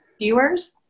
viewers